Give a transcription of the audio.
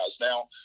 Now